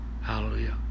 Hallelujah